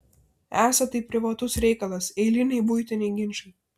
esą tai privatus reikalas eiliniai buitiniai ginčai